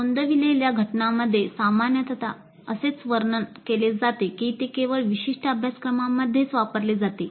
नोंदविलेल्या घटनांमध्ये सामान्यत असे वर्णन केले जाते की ते केवळ विशिष्ट अभ्यासक्रमांमध्येच वापरले जाते